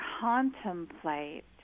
contemplate